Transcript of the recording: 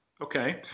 Okay